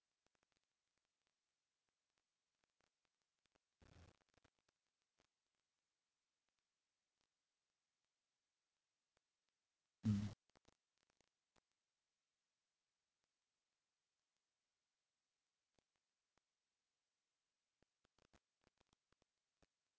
mm